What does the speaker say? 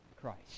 Christ